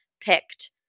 picked